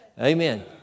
Amen